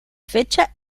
fecha